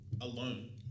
alone